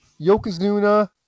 Yokozuna